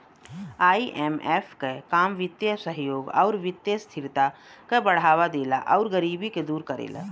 IMF क काम वित्तीय सहयोग आउर वित्तीय स्थिरता क बढ़ावा देला आउर गरीबी के दूर करेला